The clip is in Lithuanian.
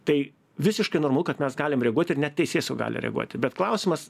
tai visiškai normalu kad mes galim reaguoti ir net teisėsau gali reaguoti bet klausimas